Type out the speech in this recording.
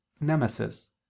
nemesis